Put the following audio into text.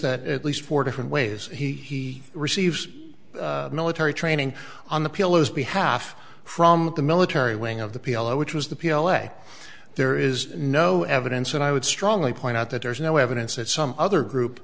that at least four different ways he received military training on the pillows behalf from the military wing of the p l o which was the p l o a there is no evidence and i would strongly point out that there is no evidence that some other group